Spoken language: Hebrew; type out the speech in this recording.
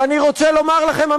ואני רוצה לומר לכם,